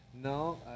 No